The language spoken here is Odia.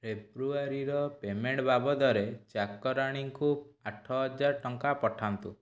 ଫେବୃଆରୀର ପେମେଣ୍ଟ ବାବଦରେ ଚାକରାଣୀଙ୍କୁ ଆଠ ହଜାର ଟଙ୍କା ପଠାନ୍ତୁ